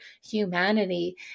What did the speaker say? humanity